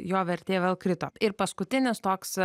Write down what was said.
jo vertė vėl krito ir paskutinis toks